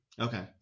Okay